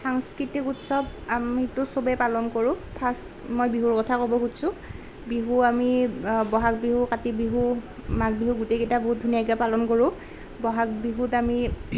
সাংস্কৃতিক উৎসৱ আমিতো চবেই পালন কৰোঁ ফাৰ্ষ্ট মই বিহুৰ কথা ক'ব গৈছোঁ বিহু আমি বহাগ বিহু কাতি বিহু মাঘ বিহু গোটেইকেইটা বহুত ধুনীয়াকৈ পালন কৰোঁ বহাগ বিহুত আমি